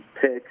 picks